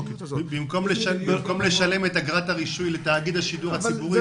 במקום לשלם את אגרת הרישוי לתאגיד השידור הציבורי